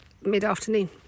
mid-afternoon